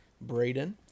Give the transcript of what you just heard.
Braden